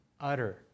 utter